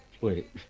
Wait